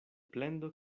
plendo